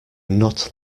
not